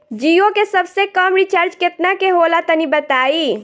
जीओ के सबसे कम रिचार्ज केतना के होला तनि बताई?